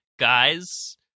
Guys